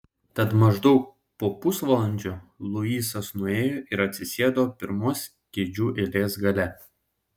tad maždaug po pusvalandžio luisas nuėjo ir atsisėdo pirmos kėdžių eilės gale